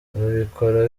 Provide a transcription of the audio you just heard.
babikora